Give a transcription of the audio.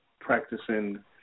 practicing